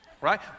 right